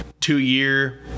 two-year